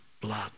blood